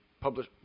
publish